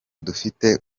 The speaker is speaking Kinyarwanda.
dufite